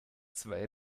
zwei